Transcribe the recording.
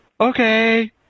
Okay